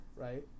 right